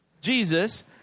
Jesus